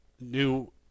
new